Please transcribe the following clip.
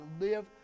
live